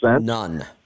none